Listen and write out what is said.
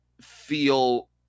feel